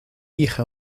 hija